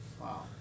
Wow